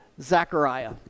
Zechariah